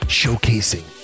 showcasing